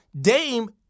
Dame